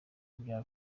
bya